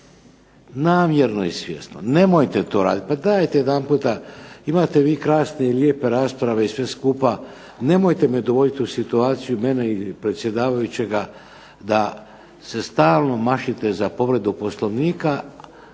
namjerno. Nemojte to raditi. Pa dajte jedanputa imate vi krasne i lijepe rasprave i sve skupa, nemojte dovoditi mene i predsjedavajućega u situaciju da se stalno mašate za povredu Poslovnika,